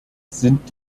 sind